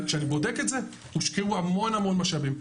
כשאני בודק את זה, הושקעו המון משאבים.